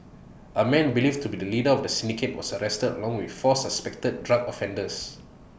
A man believed to be the leader of the syndicate was arrested along with four suspected drug offenders